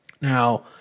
Now